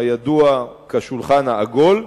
הידוע כשולחן העגול.